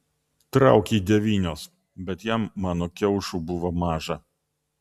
trauk jį devynios bet jam mano kiaušų buvo maža